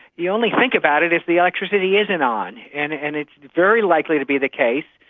you only think about it if the electricity isn't on. and and it's very likely to be the case,